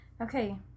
Okay